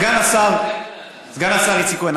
סגן השר איציק כהן,